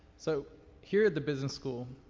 so here at the business school.